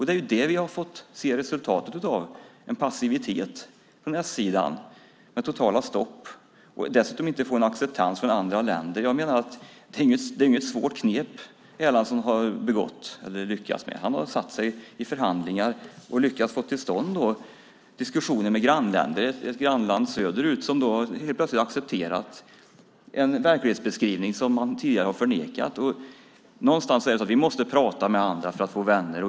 Det är ju det vi har fått se resultatet av: en passivitet från s-sidan med totala stopp. Dessutom har vi inte fått acceptans från andra länder. Jag menar att det inte är något svårt knep Erlandsson har lyckats med. Han har satt sig i förhandlingar och lyckats få till stånd diskussioner med grannländer, ett grannland söderut, som då helt plötsligt har accepterat en verklighetsbeskrivning som man tidigare har förnekat. Vi måste prata med andra för att få vänner.